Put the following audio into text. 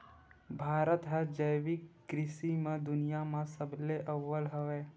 भारत हा जैविक कृषि मा दुनिया मा सबले अव्वल हवे